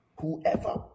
Whoever